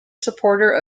supporter